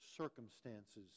circumstances